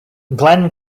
glen